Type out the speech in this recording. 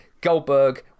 Goldberg